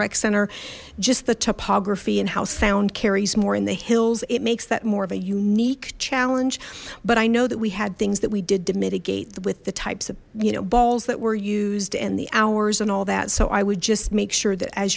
rec center just the topography and how sound carries more in the hills it makes that more of a unique challenge but i know that we had things that we did to mitigate with the types of you know balls that were used and the hours and all that so i would just make sure that as